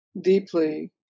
deeply